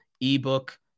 ebook